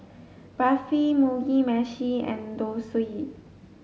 Barfi Mugi Meshi and